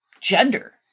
gender